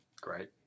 Great